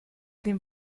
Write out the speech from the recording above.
dem